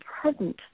present